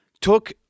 took